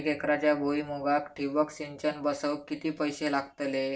एक एकरच्या भुईमुगाक ठिबक सिंचन बसवूक किती पैशे लागतले?